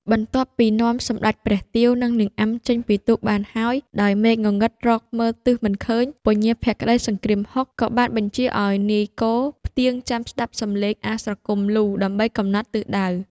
បន្ទាប់ពីនាំសម្តេចព្រះទាវ និងនាងអាំ ចេញពីទូកបានហើយ ដោយមេឃងងឹតរកមើលទិសមិនឃើញ ពញាភក្តីសង្គ្រាមហុក ក៏បានបញ្ជាឲ្យនាយគោផ្ទៀងចាំស្តាប់សំឡេងអាស្រគំលូ ដើម្បីកំណត់ទិសដៅ។